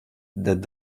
that